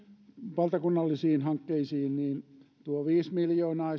valtakunnallisiin hankkeisiin esimerkiksi tuo viisi miljoonaa